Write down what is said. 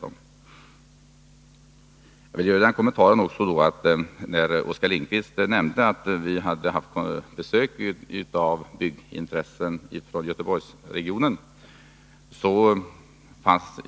Jag vill också göra en kommentar med anledning av att Oskar Lindkvist nämnde att vi haft besök av representanter för byggintressen i Göteborgsregionen.